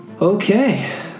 Okay